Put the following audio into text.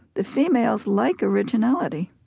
the females like originality.